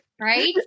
Right